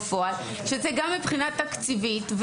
בפועל שזה גם מבחינה תקציבית,